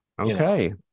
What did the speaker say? Okay